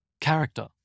Character